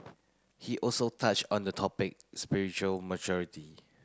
he also touched on the topic spiritual maturity